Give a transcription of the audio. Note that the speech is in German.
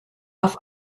auf